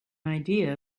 idea